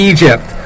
Egypt